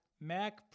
Mac